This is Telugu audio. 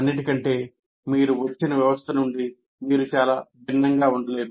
అన్నింటికంటే మీరు వచ్చిన వ్యవస్థ నుండి మీరు చాలా భిన్నంగా ఉండలేరు